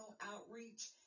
outreach